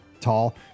tall